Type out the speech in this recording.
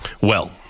Well-